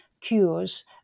cures